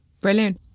Brilliant